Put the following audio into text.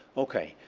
ok.